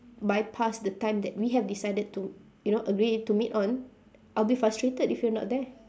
bypassed the time that we have decided to you know agreed to meet on I'll be frustrated if you're not there